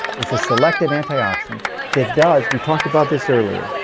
it's a selective antioxidant that does. we talked about this earlier,